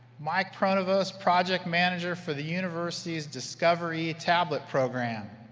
mike pronovost, project manager for the university's discovere yeah tablet program,